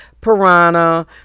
piranha